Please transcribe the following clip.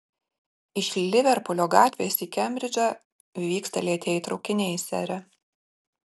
iš liverpulio gatvės į kembridžą vyksta lėtieji traukiniai sere